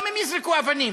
גם אם יזרקו אבנים,